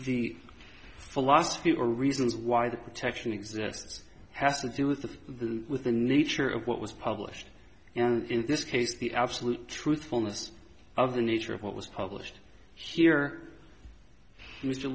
the philosophy or reasons why the protection exists has to do with the with the nature of what was published and in this case the absolute truthfulness of the nature of what was published here